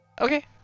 Okay